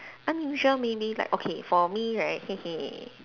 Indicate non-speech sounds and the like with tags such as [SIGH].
unusual meaning like okay for me right [LAUGHS]